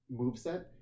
moveset